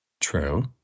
True